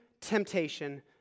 temptation